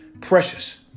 precious